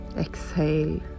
Exhale